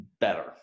better